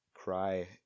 cry